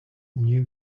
new